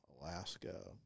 Alaska